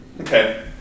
Okay